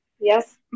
Yes